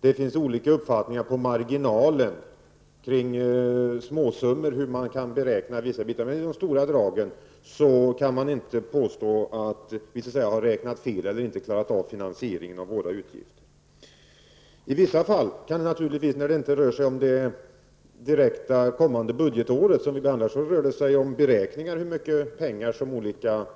Det finns olika uppfattningar om hur man på marginalen, kring småsummor, kan beräkna vissa bitar. Men när det gäller de stora dragen kan man inte påstå att vi har räknat fel eller inte klarat av finansieringen av våra utgifter. I vissa fall kan det naturligtvis när det inte rör sig om det kommande budgetåret, som vi nu behandlar, röra sig om beräkningar om hur mycket pengar olika